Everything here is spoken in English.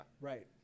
right